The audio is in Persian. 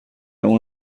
اون